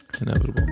inevitable